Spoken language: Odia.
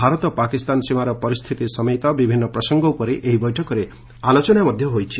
ଭାରତ ପାକିସ୍ତାନ ସୀମାର ପରିସ୍ଥିତି ସମେତ ବିଭିନ୍ନ ପ୍ରସଙ୍ଗ ଉପରେ ଏହି ବୈଠକରେ ଆଲୋଚନା ହୋଇଛି